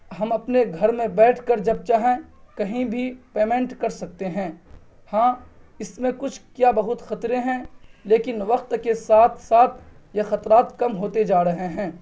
ہم اپنے گھر میں بیٹھ کر جب چاہیں کہیں بھی پیمنٹ کر سکتے ہیں ہاں اس میں کچھ کیا بہت خطرے ہیں لیکن وقت کے ساتھ ساتھ یہ خطرات کم ہوتے جا رہے ہیں